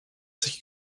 sich